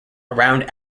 around